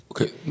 Okay